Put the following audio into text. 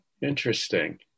interesting